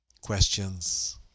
questions